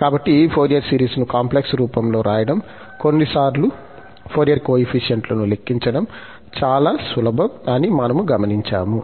కాబట్టి ఈ ఫోరియర్ సిరీస్ను కాంప్లెక్స్ రూపంలో రాయడం కొన్నిసార్లు ఫోరియర్ కోయెఫిషియంట్లను లెక్కించడం చాలా సులభం అని మనము గమనించాము